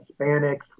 Hispanics